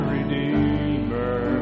Redeemer